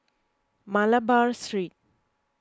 Malabar Street